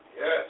Yes